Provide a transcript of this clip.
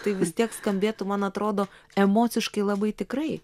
tai vis tiek skambėtų man atrodo emociškai labai tikrai